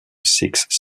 six